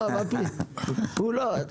לא, מה --- הוא לא.